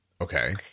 Okay